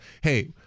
hey